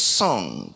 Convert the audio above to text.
song